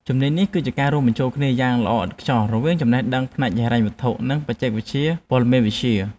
ជំនាញនេះ គឺជាការរួមបញ្ចូលគ្នាយ៉ាងល្អឥតខ្ចោះរវាងចំណេះដឹងផ្នែកហិរញ្ញវត្ថុ និងបច្ចេកវិទ្យាព័ត៌មានវិទ្យា។